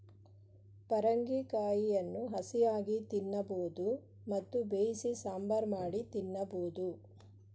ಪರಂಗಿ ಕಾಯಿಯನ್ನು ಹಸಿಯಾಗಿ ತಿನ್ನಬೋದು ಮತ್ತು ಬೇಯಿಸಿ ಸಾಂಬಾರ್ ಮಾಡಿ ತಿನ್ನಬೋದು